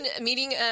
meeting